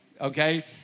Okay